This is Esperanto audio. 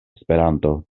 esperanto